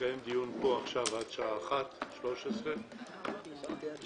נקיים פה דיון עד שעה 13:00. יש